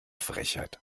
frechheit